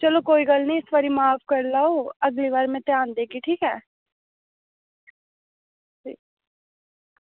चलो कोई गल्ल निं इस बारी माफ करी लैओ अगली बार में ध्यान देगी ठीक ऐ